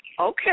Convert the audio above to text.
okay